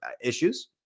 issues